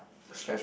stripe